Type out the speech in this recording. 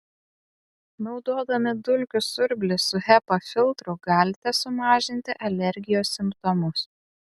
naudodami dulkių siurblį su hepa filtru galite sumažinti alergijos simptomus